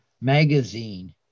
magazine